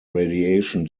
radiation